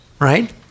right